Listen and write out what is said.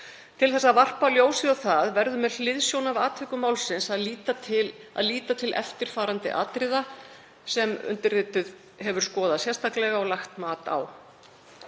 Til að varpa ljósi á það verður með hliðsjón af atvikum málsins að líta til eftirfarandi atriða sem undirrituð hefur skoðað sérstaklega og lagt mat á: